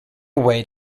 way